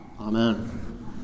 Amen